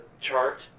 chart